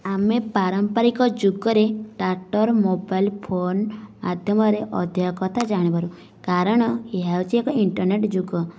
ଆମେ ପାରମ୍ପାରିକ ଯୁଗରେ ଟ୍ରାକ୍ଟର ମୋବାଇଲ ଫୋନ ମାଧ୍ୟମରେ ଅଧିକ କଥା ଜାଣିପାରୁ କାରଣ ଏହା ହେଉଛି ଏକ ଇଣ୍ଟରନେଟ୍ ଯୁଗ